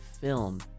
film